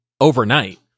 overnight